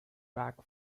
back